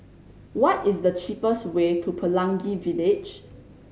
what is the cheapest way to Pelangi Village